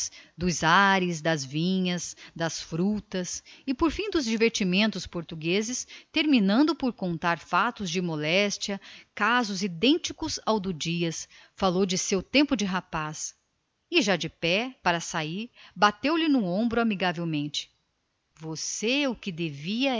dos ares das frutas e por fim dos divertimentos de lisboa terminando por contar fatos de moléstia casos idênticos ao do dias transportou se rindo ao seu tempo de rapaz e já de pé pronto para sair bateu-lhe no ombro carinhosamente você homem o que devia